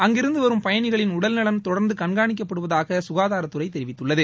அங்கிருந்து வரும் பயணிகளின் உடல் நலன் தொடர்ந்து கண்காணிக்கப்படுவதாக சுகாதாரத்துறை தெரிவித்துள்ளது